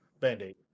band-aid